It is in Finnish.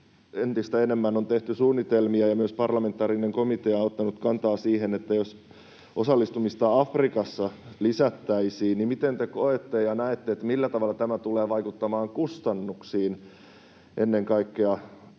entistä enemmän on tehty suunnitelmia ja myös parlamentaarinen komitea on ottanut kantaa siihen, jos osallistumista Afrikassa lisättäisiin. Miten te koette ja näette, millä tavalla tämä tulee vaikuttamaan kustannuksiin, ennen kaikkea tietysti...